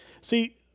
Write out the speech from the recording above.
See